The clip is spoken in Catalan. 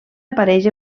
apareix